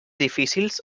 difícils